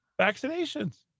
vaccinations